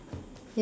yes